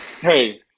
Hey